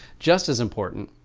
just as important,